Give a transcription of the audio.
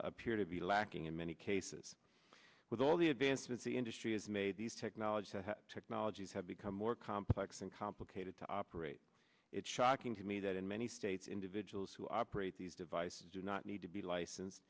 appear to be lacking in many cases with all the advancements the industry has made these technologies technologies have become more complex and complicated to operate it's shocking to me that in many states individuals who operate these devices do not need to be license